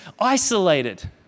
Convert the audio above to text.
isolated